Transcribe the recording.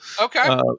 Okay